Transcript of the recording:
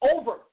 over